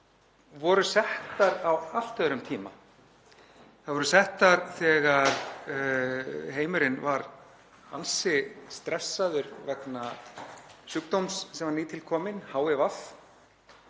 voru settar á allt öðrum tíma. Þær voru settar þegar heimurinn var ansi stressaður vegna sjúkdóms sem var nýtilkominn, HIV,